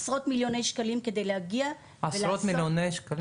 עשרות מיליוני שקלים כדי להגיע --- עשרות מיליוני שקלים?